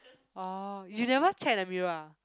orh you never check the mirror ah